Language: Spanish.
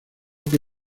que